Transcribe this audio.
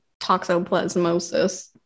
toxoplasmosis